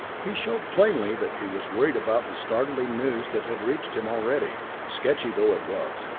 he showed plainly that he was worried about the startling news that had reached him already, sketchy though it was.